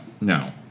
No